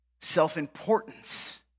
self-importance